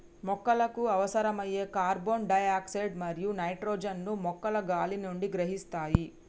మొక్కలకు అవసరమైన carbon dioxide మరియు నైట్రోజన్ ను మొక్కలు గాలి నుండి గ్రహిస్తాయి